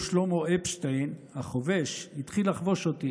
ושלמה אפשטיין החובש התחיל לחבוש אותי.